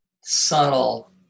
subtle